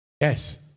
Yes